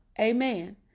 Amen